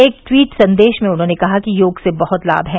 एक ट्वीट संदेश में उन्होंने कहा कि योग से बहत लाभ हैं